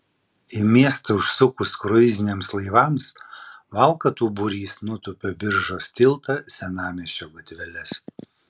į miestą užsukus kruiziniams laivams valkatų būrys nutūpia biržos tiltą senamiesčio gatveles